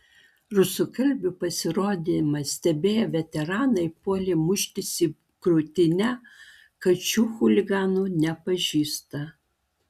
rusakalbių pasirodymą stebėję veteranai puolė muštis į krūtinę kad šių chuliganų nepažįsta